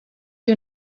you